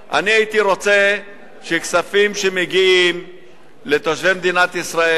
אני הייתי רוצה שכספים שמגיעים לתושבי מדינת ישראל,